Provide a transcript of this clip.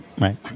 Right